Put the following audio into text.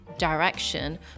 direction